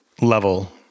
level